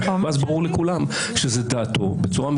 בניגוד אלייך,